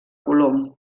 colom